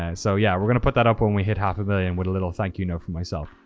and so yeah, we're going to put that up when we hit half a million with a little thank you note from myself.